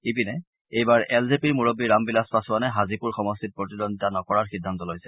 ইপিনে এইবাৰ এল জে পিৰ মূৰবব্ৰী ৰাম বিলাস পাছোৱানে হাজিপুৰ সমষ্টিত প্ৰতিদ্বন্দ্বিতা নকৰাৰ সিদ্ধান্ত লৈছে